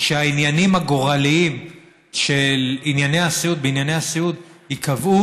שהעניינים הגורליים של הסיעוד ייקבעו